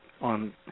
on